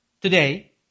today